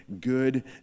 good